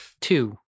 two